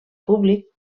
públic